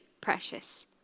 precious